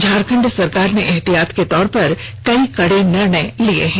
झारखण्ड सरकार ने एहतियात के तौर पर कई कड़े निर्णय लिये हैं